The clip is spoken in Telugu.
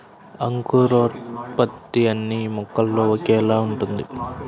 అంకురోత్పత్తి అన్నీ మొక్కలో ఒకేలా ఉంటుందా?